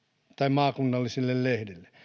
maakunnallisille lehdille